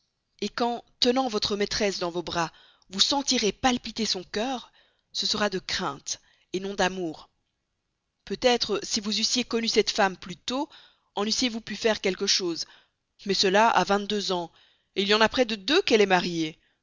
diable quand tenant votre maîtresse dans vos bras vous sentirez palpiter son cœur ce sera de crainte non d'amour peut-être si vous eussiez connu cette femme plus tôt en eussiez-vous pu faire quelque chose mais cela a vingt-deux ans il y en a près de deux qu'elle est mariée